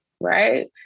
right